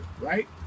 right